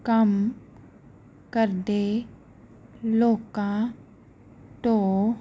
ਕੰਮ ਕਰਦੇ ਲੋਕਾਂ ਤੋਂ